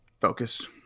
focused